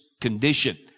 condition